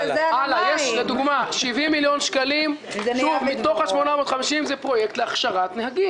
בסוף יוצא שהחינוך החרדי מקבל הכי פחות מכולם.